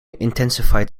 intensified